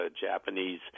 Japanese